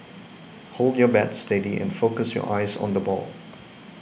hold your bat steady and focus your eyes on the ball